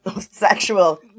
sexual